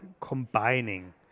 combining